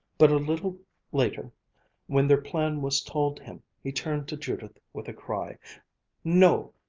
but a little later when their plan was told him, he turned to judith with a cry no,